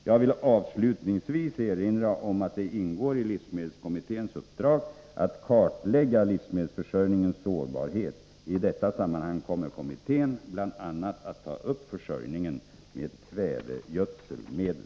Jag vill avslutningsvis erinra om att det ingår i livsmedelskommitténs uppdrag att kartlägga livsmedelsförsörjningens sårbarhet. I detta sammanhang kommer kommittén bl.a. att ta upp försörjningen med kvävegödselmedel.